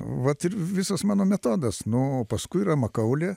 vat ir visas mano metodas nu o paskui yra makaulė